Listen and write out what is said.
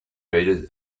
readers